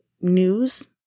news